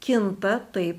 kinta taip